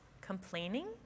complaining